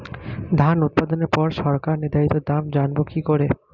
ধান উৎপাদনে পর সরকার নির্ধারিত দাম জানবো কি করে?